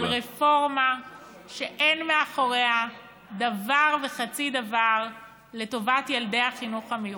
על רפורמה שאין מאחוריה דבר וחצי דבר לטובת ילדי החינוך המיוחד.